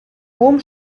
home